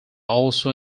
also